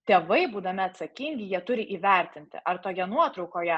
tėvai būdami atsakingi jie turi įvertinti ar toje nuotraukoje